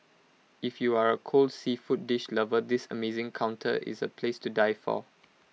if you are A cold seafood dish lover this amazing counter is A place to die for